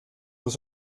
los